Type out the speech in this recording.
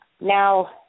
Now